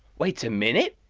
wait a minute?